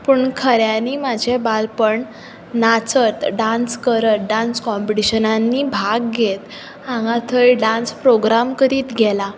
पूण खऱ्यानी म्हजें बालपण नाचत डान्स करत डान्स कॉम्पिटिशनांनी भाग घेयत हांगां थंय डान्स प्रोग्राम करीत गेलां